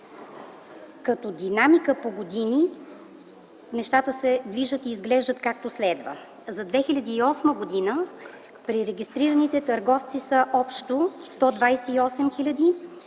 Като динамика по години нещата се движат и изглеждат както следва: за 2008 г. пререгистрираните търговци са общо 128 хил.